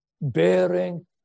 bearing